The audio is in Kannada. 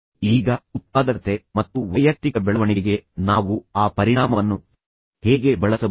ಈಗ ಉತ್ಪಾದಕತೆ ಮತ್ತು ವೈಯಕ್ತಿಕ ಬೆಳವಣಿಗೆಗೆ ನಾವು ಆ ಪರಿಣಾಮವನ್ನು ಹೇಗೆ ಬಳಸಬಹುದು